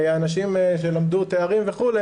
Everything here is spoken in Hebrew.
אנשים שלמדו תארים וכו',